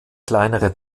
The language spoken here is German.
kleinere